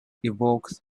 evokes